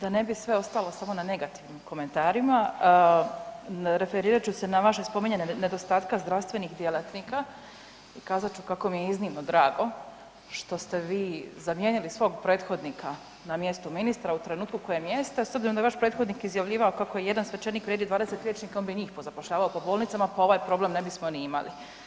Da ne bi sve ostalo samo na negativnim komentarima referirat ću se na vaše spominjanje nedostatka zdravstvenih djelatnika i kazat ću kako mi je iznimno drago što ste vi zamijenili svog prethodnika na mjestu ministra u trenutku kojem jeste s obzirom da je vaš prethodnik izjavljivao kako jedan svećenik vrijedi 20 liječnika on bi njih pozapošljavao po bolnicama pa ovaj problem ne bismo ni imali.